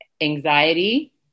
anxiety